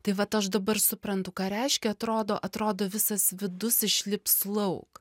tai vat aš dabar suprantu ką reiškia atrodo atrodo visas vidus išlips lauk